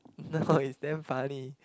no it's damn funny